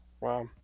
Wow